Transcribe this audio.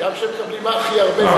גם כשהם מקבלים הכי הרבה,